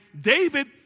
David